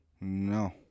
No